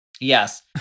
yes